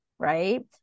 Right